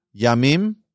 Yamim